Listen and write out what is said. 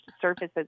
surfaces